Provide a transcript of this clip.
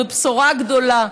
זו בשורה גדולה.